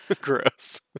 Gross